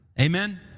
Amen